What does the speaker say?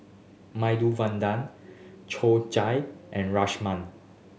Medu Vada Chorizo and Rajma